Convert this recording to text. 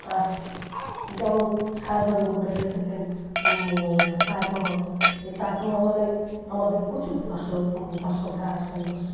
আছে যেমন শাহজাহান করে রেখেছেন তাজমহল এ তাজমহলে আমাদের প্রচুর দর্শক দর্শকরা আসেন দর্শন